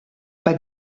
pas